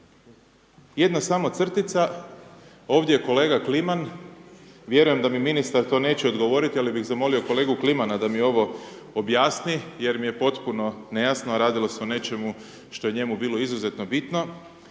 jedna samo crtica, ovdje je kolega Kliman, vjerujem da mi ministar to neće odgovoriti ali bih zamolio kolegu Klimana da mi ovo objasni, jer mi je potpuno nejasno, a radilo se o nečemu što je njemu bilo izuzetno bitno,